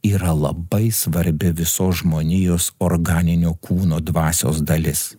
yra labai svarbi visos žmonijos organinio kūno dvasios dalis